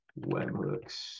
webhooks